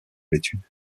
l’étude